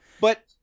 But-